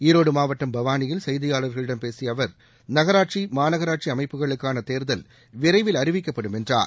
ஈரோடு மாவட்டம் பவானியில் செய்தியாளர்களிடம் பேசிய அவர் நகராட்சி மாநகராட்சி அமைப்புகளுக்கான தேர்தல் விரைவில் அறிவிக்கப்படும் என்றார்